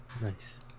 Nice